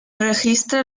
registra